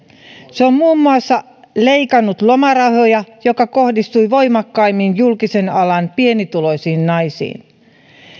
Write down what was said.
se on muun muassa leikannut lomarahoja mikä kohdistui voimakkaimmin julkisen alan pienituloisiin naisiin